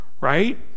right